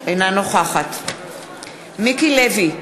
אינה נוכחת מיקי לוי,